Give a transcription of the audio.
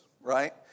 right